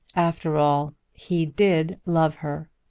after all he did love her.